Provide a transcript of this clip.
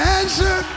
answer